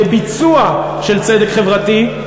לביצוע של צדק חברתי,